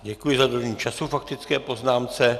Děkuji za dodržení času k faktické poznámce.